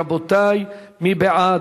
רבותי, מי בעד?